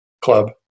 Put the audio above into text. club